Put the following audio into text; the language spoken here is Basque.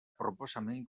proposamen